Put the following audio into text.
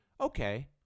Okay